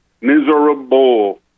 miserable